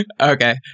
okay